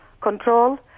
control